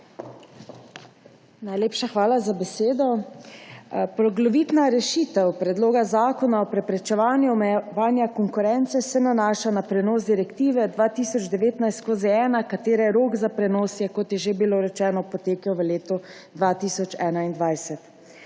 Najlepša hvala za besedo. Poglavitna rešitev Predloga zakona o preprečevanju omejevanja konkurence se nanaša na prenos Direktive 2019/1, katere rok za prenos je, kot je že bilo rečeno, potekel v letu 2021.